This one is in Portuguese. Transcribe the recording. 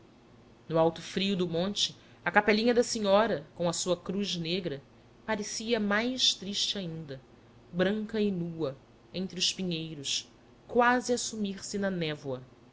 no alto frio do monte a capelinha da senhora com a sua cruz negra parecia mais triste ainda branca e nua entre os pinheiros quase a sumir-se na névoa